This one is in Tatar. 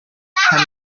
һәм